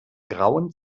grauen